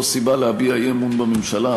לא סיבה להביע אי-אמון בממשלה,